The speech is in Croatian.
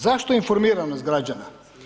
Zašto informiranost građana?